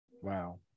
Wow